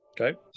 Okay